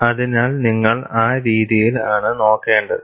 അതിനാൽനിങ്ങൾ ആ രീതിയിൽ ആണ് നോക്കേണ്ടത്